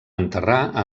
enterrar